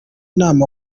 nama